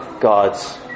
God's